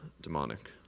demonic